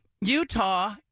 Utah